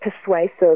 persuasive